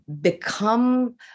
become